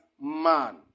man